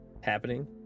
happening